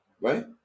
Right